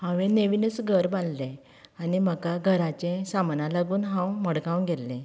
हांवेन नवीनच घर बांदले आनी म्हाका घराचें सामाना लागून हांव मडगांव गेल्लें